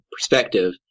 perspective